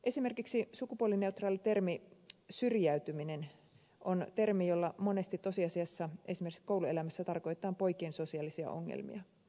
esimerkiksi sukupuolineutraali termi syrjäytyminen on termi jolla monesti tosiasiassa esimerkiksi kouluelämässä tarkoitetaan poikien sosiaalisia ongelmia